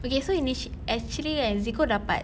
okay so initi~ actually kan zeko dapat